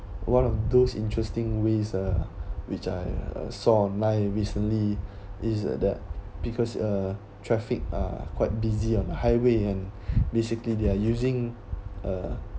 one of those interesting ways uh which I saw online recently is adapt because uh traffic are quite busy on the highway and basically they're using uh